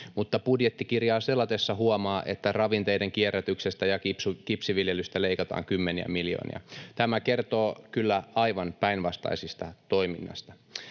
mutta budjettikirjaa selatessa huomaa, että ravinteiden kierrätyksestä ja kipsiviljelystä leikataan kymmeniä miljoonia. Tämä kertoo kyllä aivan päinvastaisesta toiminnasta.